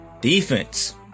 defense